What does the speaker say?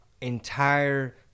entire